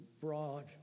broad